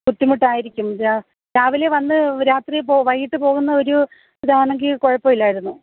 ബുദ്ധിമുട്ടായിരിക്കും രാവിലെ വന്ന് രാത്രി വൈകീട്ട് പോവുന്ന ഒരു ഇതാണെങ്കിൽ കുഴപ്പമില്ലായിരുന്നു